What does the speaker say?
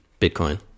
Bitcoin